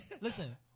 Listen